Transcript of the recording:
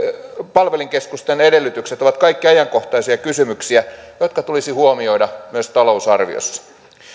palvelinkeskusten edellytykset ovat kaikki ajankohtaisia kysymyksiä jotka tulisi huomioida myös talousarviossa